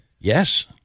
Yes